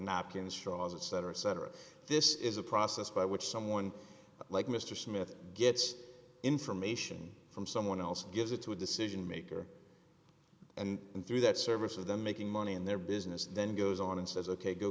napkins faucet cetera et cetera this is a process by which someone like mr smith gets information from someone else and gives it to a decision maker and through that service of them making money in their business then goes on and says ok go